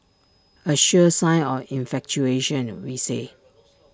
A sure sign of infatuation we say